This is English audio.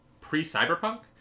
pre-cyberpunk